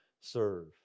serve